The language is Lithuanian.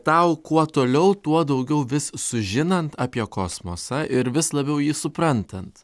tau kuo toliau tuo daugiau vis sužinant apie kosmosą ir vis labiau jį suprantant